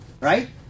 right